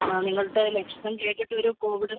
അ നിങ്ങളുടെ ലക്ഷണം കേട്ടിട്ട് ഒരു കോവിഡ്